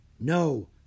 No